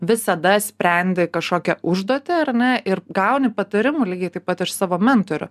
visada sprendi kažkokią užduotį ar ne ir gauni patarimų lygiai taip pat iš savo mentorių